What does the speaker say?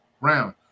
round